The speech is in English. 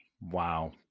Wow